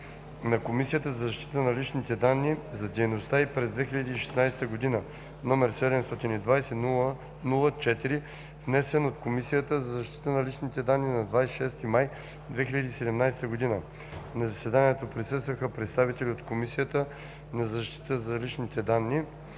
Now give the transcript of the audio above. на Комисията за защита на личните данни за дейността й през 2016 г., № 720-00-4, внесен от Комисията за защита на личните данни на 26 май 2017 г. На заседанието присъстваха представители от Комисията за защита на личните данни: